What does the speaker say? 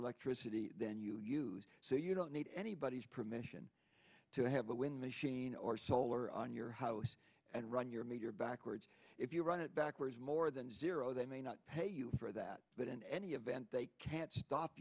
electricity than you use so you don't need anybody's permission to have a wind machine or solar on your house and run your meter backwards if you run it backwards more than zero they may not pay you for that but in any event they can't stop